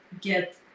get